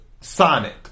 Sonic